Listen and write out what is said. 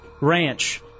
ranch